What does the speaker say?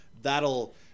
That'll